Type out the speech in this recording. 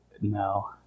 no